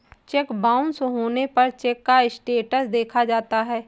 check bounce होने पर cheque का स्टेटस देखा जाता है